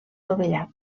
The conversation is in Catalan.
dovellat